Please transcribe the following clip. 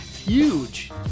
huge